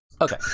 Okay